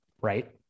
right